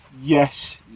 Yes